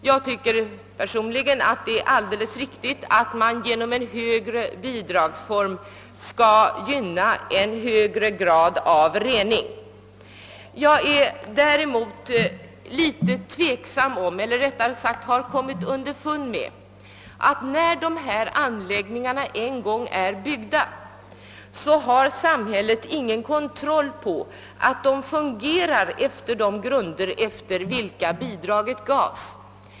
Jag tycker personligen att det är alldeles riktigt att man genom ett högre bidrag gynnar en högre grad av rening. Men jag vet att samhället ofta när dessa anläggningar en gång väl är byggda inte har någon kontroll över att de verkligen fungerar efter de grunder enligt vilka bidraget gavs.